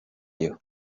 you